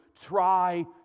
try